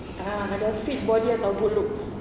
ah ada fit body atau good looks